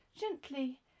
gently